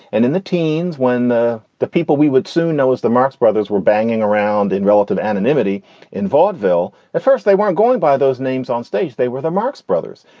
and in the teens, when the the people we would soon know as the marx brothers were banging around in relative anonymity in vaudeville, at first they weren't going by those names on stage. they were the marx brothers.